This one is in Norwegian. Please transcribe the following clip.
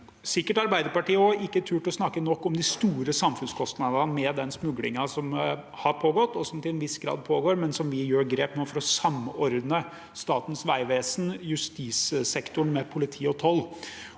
sikkert også Arbeiderpartiet – ikke har turt å snakke nok om de store samfunnskostnadene med den smuglingen som har pågått, og som til en viss grad pågår, men hvor vi nå tar grep for å samordne Statens vegvesen og justissektoren, med politi og toll.